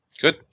Good